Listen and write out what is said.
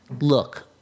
look